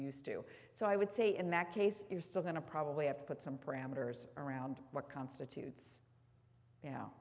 used to so i would say in that case you're still going to probably have to put some parameters around what constitutes y